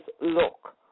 look